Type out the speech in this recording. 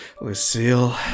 Lucille